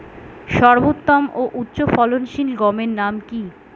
সর্বোত্তম ও উচ্চ ফলনশীল গমের নাম কি?